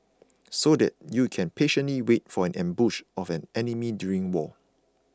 so that you can patiently wait for an ambush of an enemy during war